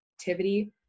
activity